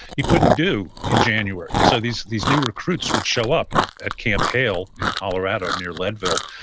you couldn't do in january. so these these new recruits would show up and at camp hale in colorado near leadville,